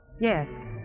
Yes